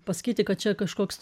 pasakyti kad čia kažkoks